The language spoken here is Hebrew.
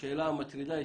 השאלה המטרידה היא